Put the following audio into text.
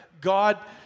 God